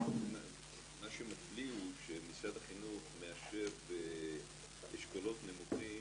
מה שמפליא הוא שמשרד החינוך מאשר באשכולות נמוכים